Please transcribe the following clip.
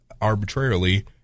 arbitrarily